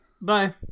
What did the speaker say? bye